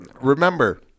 remember